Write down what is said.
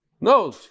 No